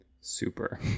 Super